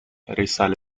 risale